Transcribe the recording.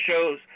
shows